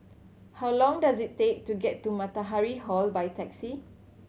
how long does it take to get to Matahari Hall by taxi